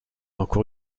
encore